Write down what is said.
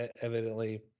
evidently